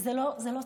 זה לא תירוץ.